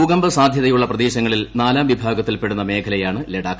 ഭൂകമ്പ സാധ്യതയുള്ള പ്രദേശങ്ങളിൽ നാലാം വിഭാഗത്തിൽ പെടുന്ന മേഖലയാണ് ലഡാക്ക്